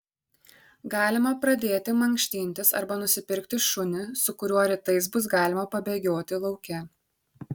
galima pradėti mankštintis arba nusipirkti šunį su kuriuo rytais bus galima pabėgioti lauke